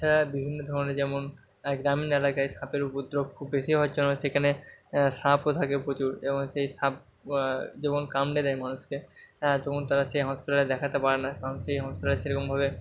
এছাড়া বিভিন্ন ধরণের যেমন গ্রামীণ এলাকায় সাপের উপদ্রপ খুব বেশি হওয়ার জন্য সেখানে সাপও থাকে প্রচুর এবং সেই সাপ যখন কামড়ে দেয় মানুষকে তখন তারা সে হসপিটালে দেখাতে পারে না তখন সেই হসপিটালে সেরকমভাবে